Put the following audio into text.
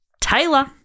Taylor